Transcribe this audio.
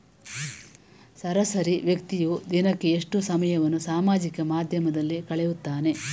ಸರಾಸರಿ ವ್ಯಕ್ತಿಯು ದಿನಕ್ಕೆ ಎಷ್ಟು ಸಮಯವನ್ನು ಸಾಮಾಜಿಕ ಮಾಧ್ಯಮದಲ್ಲಿ ಕಳೆಯುತ್ತಾನೆ?